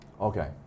Okay